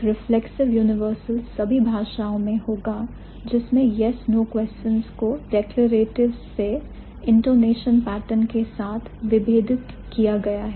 एक reflexive universal सभी भाषाओं में होगा जिनमें yes no questions को declaratives से intonation pattern के साथ विभेदित किया गया हो